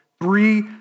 three